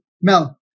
Mel